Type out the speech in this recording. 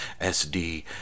sd